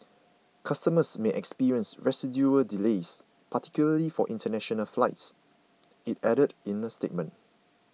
customers may experience residual delays particularly for international flights it added in a statement